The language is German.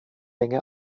länge